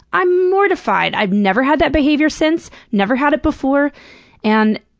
i'm mortified! i've never had that behavior since, never had it before and.